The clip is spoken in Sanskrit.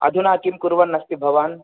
अधुना किं कुर्वन्नस्ति भवान्